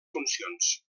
funcions